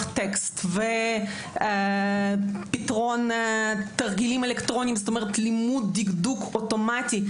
טקסט ופתרון תרגילים אלקטרוניים כלומר לימוד דקדוק אוטומטי,